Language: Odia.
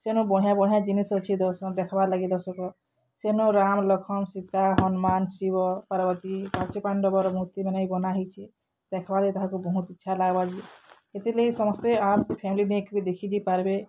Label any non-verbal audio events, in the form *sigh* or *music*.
ସେନୁ ବଢ଼ିଆଁ ବଢ଼ିଆଁ ଜିନିଷ ଅଛେ *unintelligible* ଦେଖବାର୍ ଲାଗି ଦର୍ଶକ ସେନୁ ରାମ୍ ଲକ୍ଷ୍ମଣ ସୀତା ହନୁମାନ୍ ଶିବ ପାର୍ବତୀ ପଞ୍ଚୁପାଣ୍ଡବର ମୂର୍ତ୍ତିମାନେ ବି ବନା ହେଇଛେ ଦେଖ୍ବାର୍ ଲାଗି ତାହାକୁ ବହୁତ୍ ଇଚ୍ଛା ଲାଗ୍ବା ଇଥିର୍ଲାଗି ସମସ୍ତେ ଆମ ସେ ଫ୍ୟାମିଲି ନେଇକରି ବି ଦେଖି ଯାଇପାର୍ବେ